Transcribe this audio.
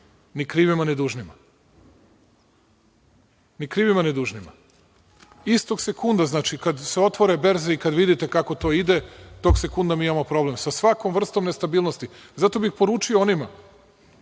uveća javni dug. Ni krivima, ni dužnima. Istog sekunda, znači, kad se otvore berze i kad vidite kako to ide tog sekunda mi imamo problem sa svakom vrstom nestabilnosti. Zato bih poručio onima